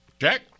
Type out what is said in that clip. Jack